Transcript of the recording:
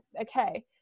okay